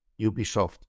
Ubisoft